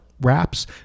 wraps